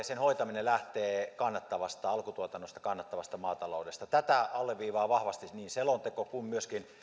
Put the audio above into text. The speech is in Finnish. sen hoitaminen lähtee kannattavasta alkutuotannosta kannattavasta maataloudesta tätä alleviivaavat vahvasti niin selonteko kuin myöskin